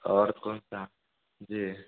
और कौनसा जी